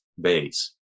base